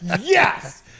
Yes